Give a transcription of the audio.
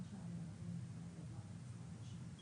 בהנחה שהסטנדרט של הרבנות יהיה משגיח כשרות